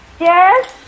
Yes